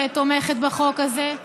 תומכת בחוק הזה.